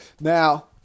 now